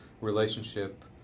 relationship